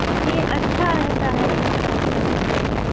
سی اچھا رہتا ہے یہاں کا نیٹورک